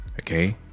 Okay